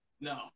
No